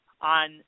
on